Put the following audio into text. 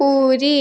Puri